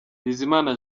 bizimana